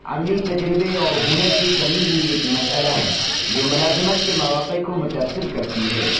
عملی تجربے اور ہنر کی کمی بھی ایک مسٔلہ ہے جو ملازمت کے مواقع کو متاثر کرتی ہے